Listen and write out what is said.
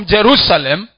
Jerusalem